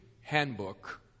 handbook